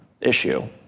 issue